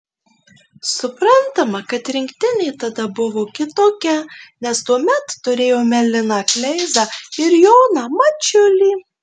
suprantama kad rinktinė tada buvo kitokia nes tuomet turėjome liną kleizą ir joną mačiulį